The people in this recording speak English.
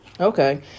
Okay